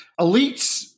Elites